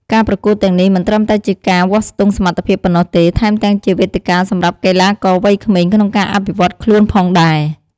ការប្រកួតទាំងនេះមិនត្រឹមតែជាការវាស់ស្ទង់សមត្ថភាពប៉ុណ្ណោះទេ ថែមទាំងជាវេទិកាសម្រាប់កីឡាករវ័យក្មេងក្នុងការអភិវឌ្ឍខ្លួនផងដែរ។